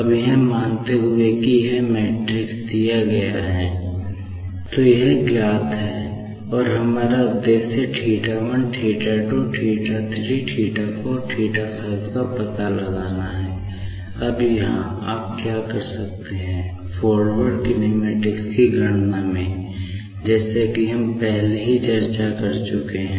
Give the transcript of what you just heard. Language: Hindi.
तो ये 3 × 3 रोटेशन या अभिविन्यास गणना में जैसे कि हम पहले से ही चर्चा कर चुके हैं